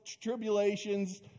tribulations